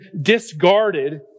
discarded